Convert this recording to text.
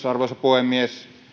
arvoisa puhemies